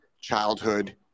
childhood